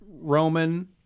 Roman